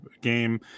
game